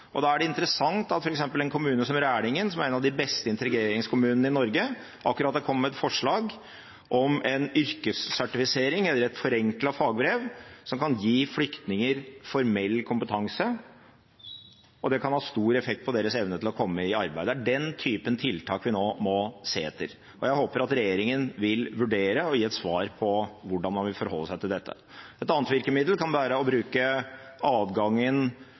Da er det interessant at f.eks. en kommune som Rælingen, som er en av de beste integreringskommunene i Norge, akkurat har kommet med et forslag om en yrkessertifisering, eller et forenklet fagbrev, som kan gi flyktninger formell kompetanse. Det kan ha stor effekt på deres evne til å komme i arbeid. Det er den typen tiltak vi nå må se etter, og jeg håper at regjeringen vil vurdere å gi et svar på hvordan man vil forholde seg til dette. Et annet virkemiddel kan være å øke adgangen